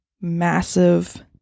massive